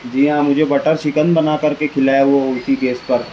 جی ہاں مجھے butter chicken بنا کے کھلایا وہ اسی گیس پر